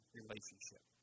relationship